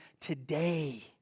today